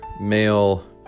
male